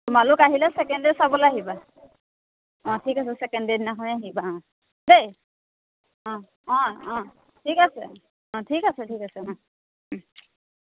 তোমালোক আহিলে second day চাবলৈ আহিবা অঁ ঠিক আছে ছেকেণ্ড ডে দিনাখনে আহিবা অঁ দেই অঁ অঁ ঠিক আছে অঁ ঠিক আছে ঠিক আছে অঁ